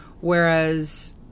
Whereas